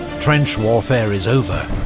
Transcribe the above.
trench warfare is over